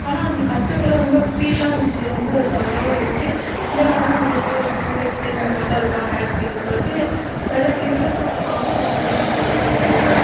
ஆனால் அது கற்றுக்குள்ள ரொம்ப ஃபீலாக இருந்துச்சு ரொம்ப ஜாலியாகவும் இருந்துச்சு இந்த மாட்டமே நம்பளுக்கு சிங்கர்ஸ் இந்த மாட்டம் இருக்காங்க அப்படின்னு சொல்லிட்டு நிறைய சிங்கர்ஸோட சாங்க்ஸ் எல்லாம் நிறையா நான் போட்டு போட்டு கேட்பேன்